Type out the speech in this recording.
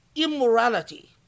Immorality